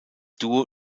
duo